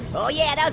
oh yeah,